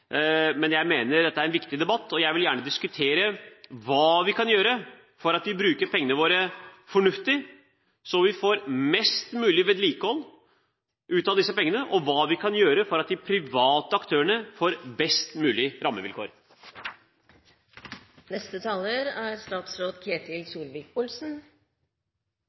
Men jeg mener dette er en viktig debatt. Jeg vil gjerne diskutere hva vi kan gjøre for å bruke pengene våre fornuftig så vi får mest mulig vedlikehold ut av disse pengene, og hva vi kan gjøre for at de private aktørene får best mulig